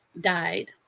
died